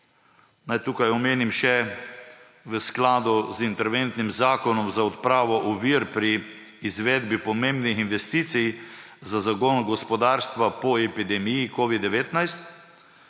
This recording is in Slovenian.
Naj tukaj omenim še v skladu z Interventnim zakonom za odpravo ovir pri izvedbi pomembnih investicij za zagon gospodarstva po epidemiji covid-19